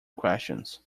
questions